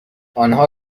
آنها